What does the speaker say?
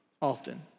often